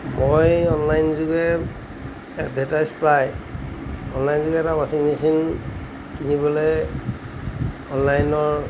মই অনলাইনযোগে এডভাৰটাইজ প্ৰায় অনলাইনযোগে এটা ৱাশ্বিং মেচিন কিনিবলৈ অনলাইনৰ